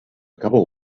couple